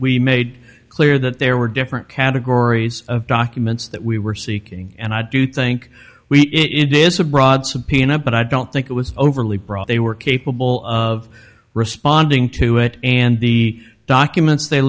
we made it clear that there were different categories of documents that we were seeking and i do think we it is a broad subpoena but i don't think it was overly broad they were capable of responding to it and the documents they